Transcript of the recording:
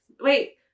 Wait